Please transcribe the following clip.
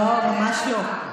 ממש לא.